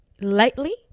lightly